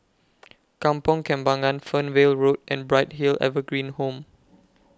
Kampong Kembangan Fernvale Road and Bright Hill Evergreen Home